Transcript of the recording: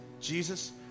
Jesus